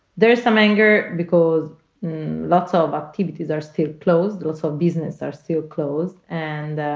there's some anger, because lots ah of activities are still closed. lots of business are still closed. and